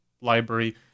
library